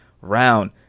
round